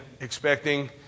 expecting